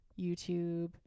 YouTube